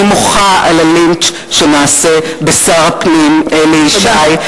אני מוחה על הלינץ' שנעשה בשר הפנים אלי ישי,